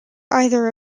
either